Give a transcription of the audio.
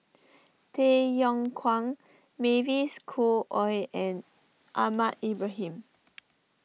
Tay Yong Kwang Mavis Khoo Oei and Ahmad Ibrahim